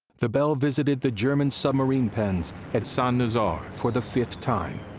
the belle visited the german submarine pens at st. nazaire for the fifth time.